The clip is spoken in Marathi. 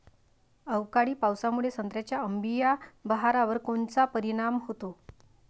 अवकाळी पावसामुळे संत्र्याच्या अंबीया बहारावर कोनचा परिणाम होतो?